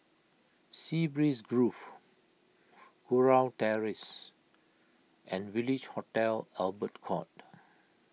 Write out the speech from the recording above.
Sea Breeze Grove Kurau Terrace and Village Hotel Albert Court